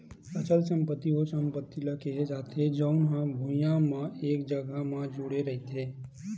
अचल संपत्ति ओ संपत्ति ल केहे जाथे जउन हा भुइँया म एक जघा म जुड़े रहिथे